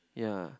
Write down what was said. ya